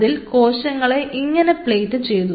അതിൽ കോശങ്ങളെ ഇങ്ങനെ പ്ലേറ്റ് ചെയ്തു